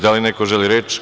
Da li neko želi reč?